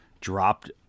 dropped